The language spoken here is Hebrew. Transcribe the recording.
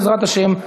בעזרת השם,